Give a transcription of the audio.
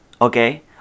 okay